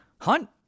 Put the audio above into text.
Hunt